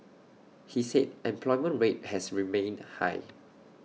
he said employment rate has remained high